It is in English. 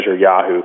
Yahoo